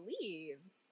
leaves